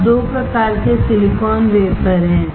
अब 2 प्रकार के सिलिकॉन वेफर हैं